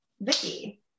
Vicky